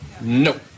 No